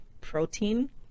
protein